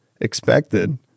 expected